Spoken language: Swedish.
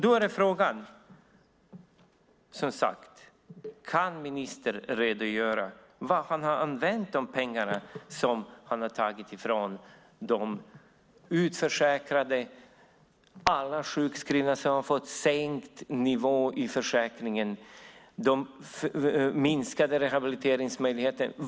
Då är frågan, som sagt: Kan ministern redogöra för vad han har använt pengarna till som han har tagit ifrån de utförsäkrade, alla sjukskrivna som har fått sänkt nivå i försäkringen och minskade rehabiliteringsmöjligheter?